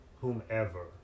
whomever